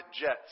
jets